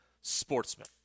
Sportsman